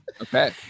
Okay